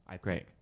Great